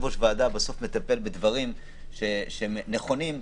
ראש ועדה בסוף מטפל בדברים שהם נכונים.